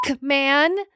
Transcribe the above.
man